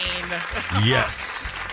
Yes